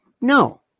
No